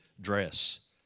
dress